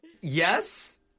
Yes